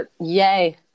Yay